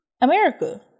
america